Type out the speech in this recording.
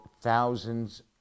thousands